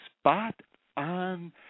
spot-on